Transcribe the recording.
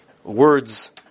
words